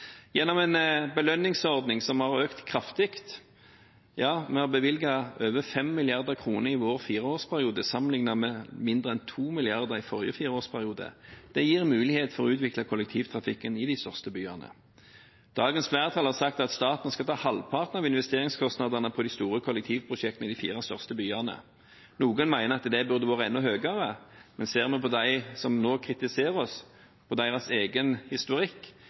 gjennom en belønningsordning som har økt kraftig – ja, vi har bevilget over 5 mrd. kr i vår fireårsperiode sammenlignet med mindre enn 2 mrd. kr i forrige fireårsperiode. Det gir muligheter for å utvikle kollektivtrafikken i de største byene. Dagens flertall har sagt at staten skal ta halvparten av investeringskostnadene på de store kollektivprosjektene i de fire største byene. Noen mener at det burde vært enda høyere, men ser vi på dem som nå kritiserer oss for sin egen historikk,